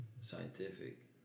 scientific